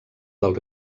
del